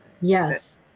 yes